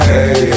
Hey